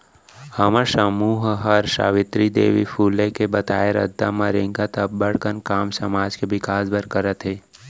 हमर समूह हर सावित्री देवी फूले के बताए रद्दा म रेंगत अब्बड़ कन काम समाज के बिकास बर करत हे